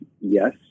yes